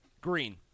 Green